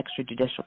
extrajudicial